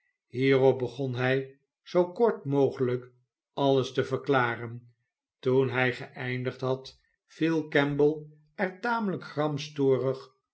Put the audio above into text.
hierop begon hij zoo kort mogelijk alles te verklaren toen hij geeindigd had viel kemble er tamelijk